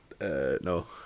no